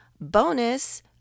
bonus